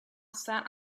sat